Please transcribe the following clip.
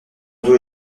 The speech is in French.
dos